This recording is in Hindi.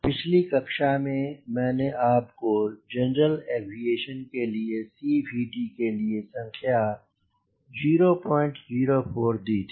पिछली कक्षा में मैंने आपको जनरल एविएशन के लिए CVT के लिए संख्या 004 दी थी